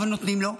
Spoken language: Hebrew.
אבל נותנים לו,